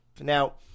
Now